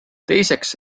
teiseks